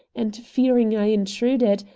and, fearing i intruded,